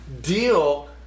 deal